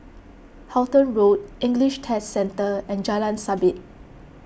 Halton Road English Test Centre and Jalan Sabit